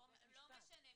לא משנה,